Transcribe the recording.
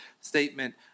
statement